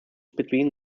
between